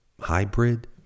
hybrid